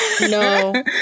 No